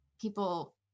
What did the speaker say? people